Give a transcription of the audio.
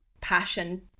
passion